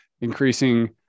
increasing